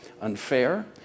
unfair